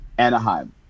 Anaheim